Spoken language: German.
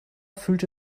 fühlte